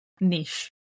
niche